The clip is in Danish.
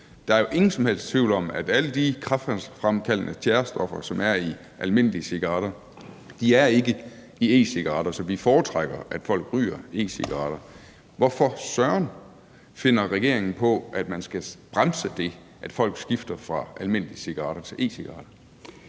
Der er jo ingen som helst tvivl om, at alle de kræftfremkaldende tjærestoffer, som er i almindelige cigaretter, ikke er i e-cigaretter, så vi foretrækker, at folk ryger e-cigaretter. Hvorfor søren finder regeringen på, at man skal bremse det, at folk skifter fra almindelige cigaretter til e-cigaretter?